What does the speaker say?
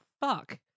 fuck